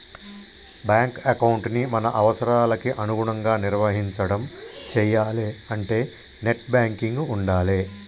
bank ఎకౌంటుని మన అవసరాలకి అనుగుణంగా నిర్వహించడం చెయ్యాలే అంటే నెట్ బ్యాంకింగ్ ఉండాలే